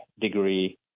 degree